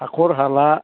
हाख'र हाला